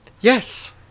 Yes